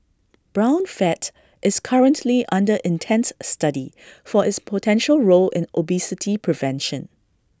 brown fat is currently under intense study for its potential role in obesity prevention